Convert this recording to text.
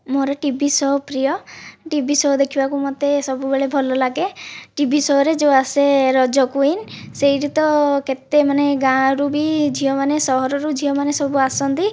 ମୋ'ର TV show ପ୍ରିୟ TV show ଦେଖିବାକୁ ମୋତେ ସବୁବେଳେ ଭଲ ଲାଗେ ଟିଭି ଶୋରେ ଯେଉଁ ଆସେ ରଜ କ୍ୱିନ ସେଇଠି ତ କେତେ ମାନେ ଗାଁରୁ ବି ଝିଅମାନେ ସହରରୁ ଝିଅମାନେ ସବୁ ଆସନ୍ତି